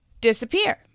disappear